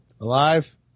Alive